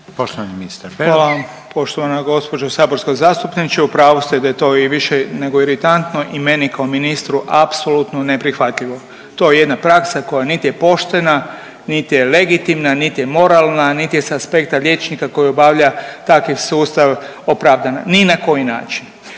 **Beroš, Vili (HDZ)** Hvala vam poštovana gospođo saborska zastupnice, u pravu ste da je i to više nego i iritantno i meni kao ministru apsolutno neprihvatljivo. To je jedna praksa koja niti je poštena, niti je legitimna, niti je moralna, niti je s aspekta liječnika koji obavlja takvi sustav opravdana, ni na koji način.